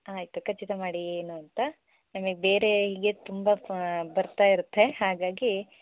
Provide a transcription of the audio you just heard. ಆಯಿತು ಖಚಿತ ಮಾಡಿ ಏನು ಅಂತ ನಮಗೆ ಬೇರೆ ಹೀಗೆ ತುಂಬ ಬರ್ತಾ ಇರತ್ತೆ ಹಾಗಾಗಿ